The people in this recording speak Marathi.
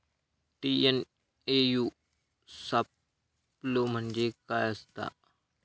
टी.एन.ए.यू सापलो म्हणजे काय असतां?